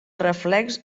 reflex